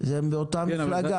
הם מאותה מפלגה.